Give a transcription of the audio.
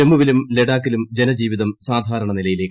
ജമ്മൂവിലും ലഡാക്കിലും ജന ജീവിതം സാധാരണ നിലയിലേക്ക്